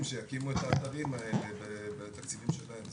שיקימו את האתרים האלה בתקציבים שלהם.